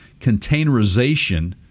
containerization